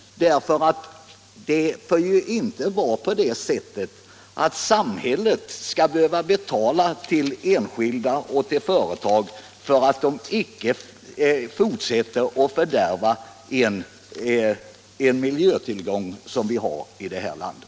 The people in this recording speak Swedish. Det får ju inte vara på det sättet att samhället skall behöva betala enskilda och företag för att de skall avstå från att fortsätta att fördärva en miljötillgång som vi har i landet.